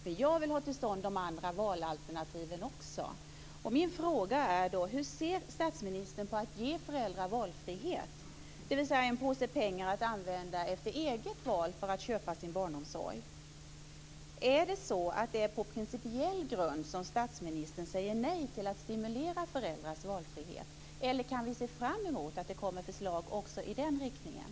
Men jag vill ha till stånd de andra valalternativen också. Min fråga är: Hur ser statsministern på att ge föräldrar valfrihet, dvs. en påse pengar att använda efter eget val för att köpa sin barnomsorg? Är det så att det är på principiell grund som statsministern säger nej till att stimulera föräldrars valfrihet, eller kan vi se fram emot att det kommer förslag också i den riktningen?